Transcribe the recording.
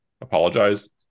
apologize